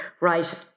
right